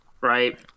right